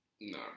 No